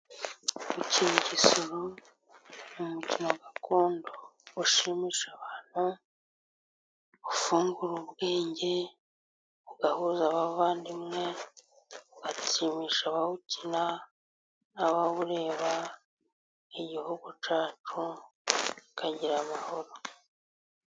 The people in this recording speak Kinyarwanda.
Gukina igisoro ni umukino gakondo ushimisha abantu, ufungura ubwenge, ugahuza abavandimwe, ugashimisha abawukina, nabawureba igihugu cyacu kikagira amahoro.